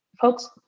folks